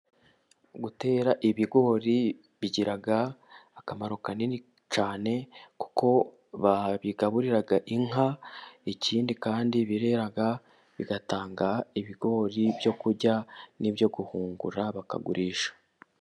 Gutera ibigori bigira akamaro kanini cyane kuko bigaburira inka. Ikindi kandi birera bigatanga ibigori byo kurya n'ibyo guhungura bakagurisha.